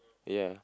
ya